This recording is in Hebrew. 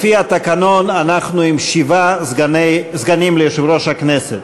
לפי התקנון אנחנו עם שבעה סגנים ליושב-ראש הכנסת.